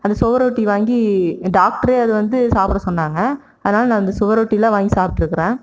அந்த சுவரொட்டி வாங்கி டாக்டரே அது வந்து சாப்பிட சொன்னாங்க அதனால் நான் இந்த சுவரொட்டிலாம் வாங்கி சாப்பிட்டுருக்குறேன்